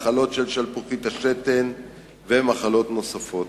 מחלות של שלפוחית השתן ומחלות נוספות.